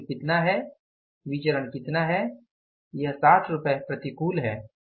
तो यह कुल है विचरण कितना है यह 60 रुपये प्रतिकूल है